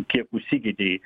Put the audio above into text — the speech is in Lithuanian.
kiek užsigeidei